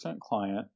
client